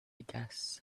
guess